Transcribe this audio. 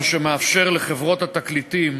מה שמאפשר לחברות התקליטים,